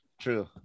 True